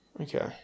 Okay